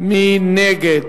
מי נגד?